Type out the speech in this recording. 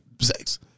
sex